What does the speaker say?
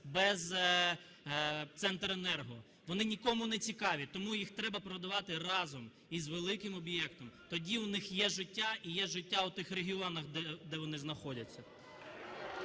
без Центренерго, вони нікому нецікаві, тому їх треба продавати разом з великим об'єктом, тоді в них є життя і є життя в тих регіонах, де вони знаходяться.